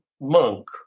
monk